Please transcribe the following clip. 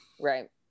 Right